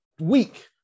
week